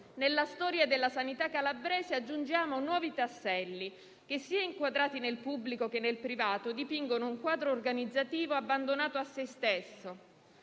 alla storia della sanità calabrese aggiungiamo nuovi tasselli che, inquadrati sia nel pubblico che nel privato, dipingono un quadro organizzativo abbandonato a se stesso.